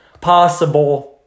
possible